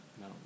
No